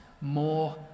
more